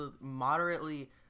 moderately